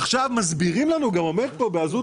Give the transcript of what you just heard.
עכשיו מסבירים לנו אומרים כאן בעזות